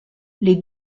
les